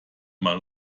mal